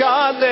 God